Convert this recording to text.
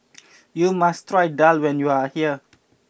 you must try Daal when you are here